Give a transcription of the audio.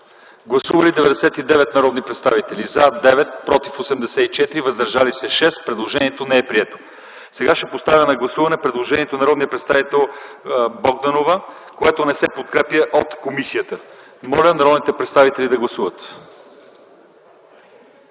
Гласували 99 народни представители: за 9, против 84, въздържали се 6. Предложението не е прието. Поставям на гласуване предложението на народния представител Валентина Богданова, което не се подкрепя от комисията. Моля народните представители да гласуват.